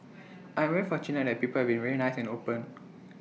I'm very fortunate that people very nice and open